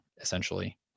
essentially